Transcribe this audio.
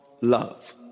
love